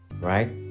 right